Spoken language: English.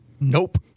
Nope